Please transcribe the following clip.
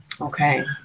Okay